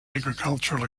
agricultural